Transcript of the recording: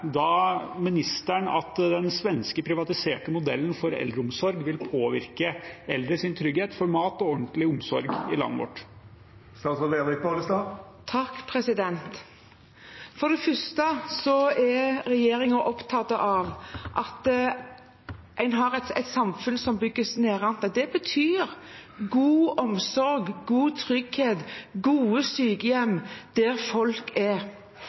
Da lurer jeg litt på: Det er kommet fram i salen at det kan komme en massiv privatisering, som i den svenske modellen. Hvordan tror ministeren at den svenske privatiserte modellen for eldreomsorg vil påvirke eldres trygghet for mat og ordentlig omsorg i landet vårt? For det første er regjeringen opptatt av at man har et samfunn som bygges nedenfra. Det betyr god omsorg, god